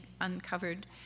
uncovered